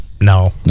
No